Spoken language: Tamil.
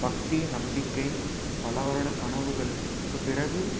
பக்தி நம்பிக்கை பல வருட கனவுகளுக்கு பிறகு